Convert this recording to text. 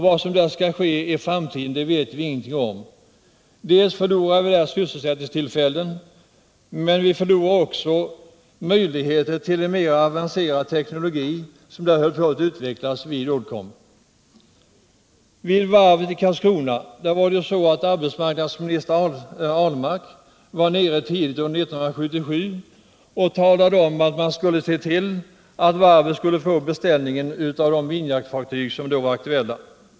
Vad som där skall ske i framtiden vet vi ingenting om. Vi förlorar där dels sysselsättningstillfällen, dels också möjligheter till en mera avancerad teknologi, som håller på att utvecklas vid Uddcomb. Arbetsmarknadsminister Ahlmark var tidigt 1975 nere vid varvet i Karlskrona och talade om att man skulle se till att det skulle få beställningen på de minjaktfartyg som då var aktuella.